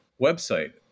website